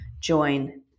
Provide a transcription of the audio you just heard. join